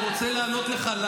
אני רוצה לענות לך.